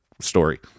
story